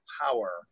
power